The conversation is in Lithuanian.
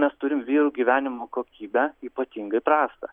mes turime vyrų gyvenimo kokybę ypatingai prastą